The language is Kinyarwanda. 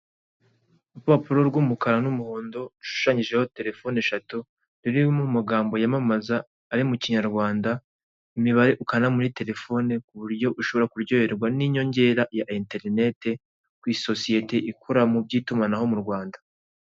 Urupapuro rw'umukara n'umuhondo rushushanyijeho telefone eshatu ruri mu magambo yamamaza ari mu kinyarwanda, imibare ukanda muri telefone ku buryo ushobora kuryoherwa n'inyongera ya interinete ku isosiyete ikora mu by'itumanaho mu Rwanda.